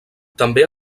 també